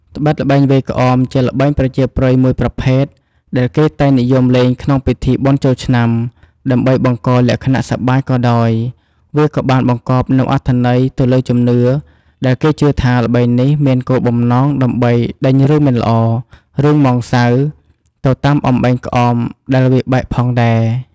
ត្បិតល្បែងវាយក្អម ជាល្បែងប្រជាប្រិយមួយប្រភេទដែលគេតែងនិយមលេងក្នុងពិធីបុណ្យចូលឆ្នាំ ដើម្បីបង្កលក្ខណៈសប្បាយក៏ដោយ វាក៏បានបង្គប់នូវអត្ថន័យទៅលើជំនឿ ដែលគេជឿថា ល្បែងនេះ មានគោលបំណងដើម្បីដេញរឿងមិនល្អ រឿងហ្មងសៅ ទៅតាមអំបែងក្អមដែលវាយបែកផងដែរ។